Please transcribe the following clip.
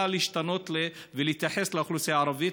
להשתנות ולהתייחס לאוכלוסייה הערבית,